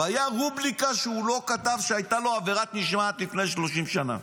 והייתה רובריקה שהוא לא כתב שהייתה לו עבירת משמעת לפני 30 שנה.